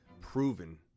proven